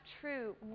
true